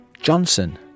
Johnson